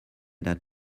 that